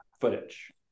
footage